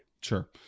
Sure